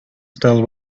still